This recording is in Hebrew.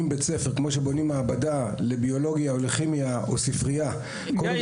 בית ספר כמו שבונים מעבדה לביולוגיה או לכימיה או ספריה -- גיא,